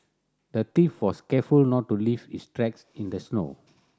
the thief was careful not to leave his tracks in the snow